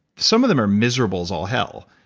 some of them are miserable as all hell.